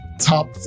top